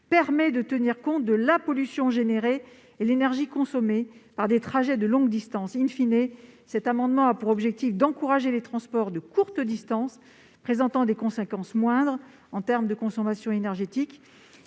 permet de tenir compte de la pollution générée et de l'énergie consommée lors des trajets de longue distance. cet amendement a pour objet d'encourager les transports de courte distance, présentant des conséquences moindres en termes de consommation énergétique.